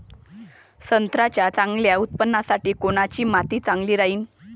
संत्र्याच्या चांगल्या उत्पन्नासाठी कोनची माती चांगली राहिनं?